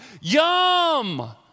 yum